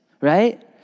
right